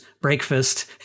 breakfast